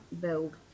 build